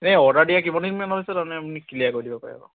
এই অৰ্ডাৰ দিয়া কিমান দিনমানৰ পিছত আপুনি কলিয়াৰ কৰি দিব পাৰিব